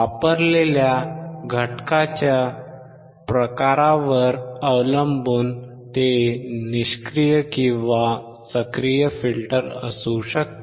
वापरलेल्या घटकाच्या प्रकारावर अवलंबून ते निष्क्रिय किंवा सक्रिय फिल्टर असू शकते